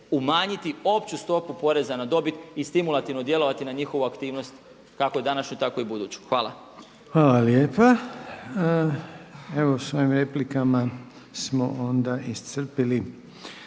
umanjiti opću stopu poreza na dobit i stimulativno djelovati na njihovu aktivnost kako današnju tako i buduću. Hvala. **Reiner, Željko (HDZ)** Hvala lijepa. Evo sa replikama smo onda iscrpili